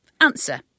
Answer